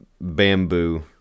bamboo